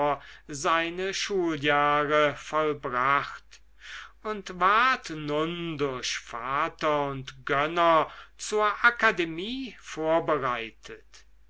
seine schuljahre vollbracht und ward nun durch vater und gönner zur akademie vorbereitet